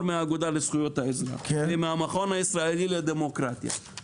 מהאגודה לזכויות האזרח ומהמכון הישראלי לדמוקרטיה